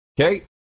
Okay